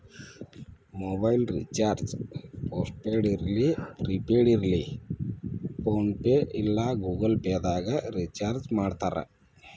mobile recharge post ಪೇಡರ ಇರ್ಲಿ prepaid ಇರ್ಲಿ ಫೋನ್ಪೇ ಇಲ್ಲಾ ಗೂಗಲ್ ಪೇದಾಗ್ ರಿಚಾರ್ಜ್ಮಾಡ್ತಾರ